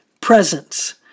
presence